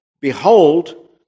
behold